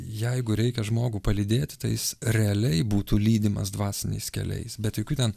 jeigu reikia žmogų palydėti tai jis realiai būtų lydimas dvasiniais keliais bet jokių ten